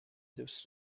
دوست